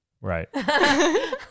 Right